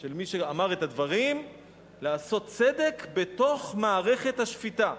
של מי שאמר את הדברים לעשות צדק בתוך מערכת השפיטה.